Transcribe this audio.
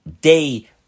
day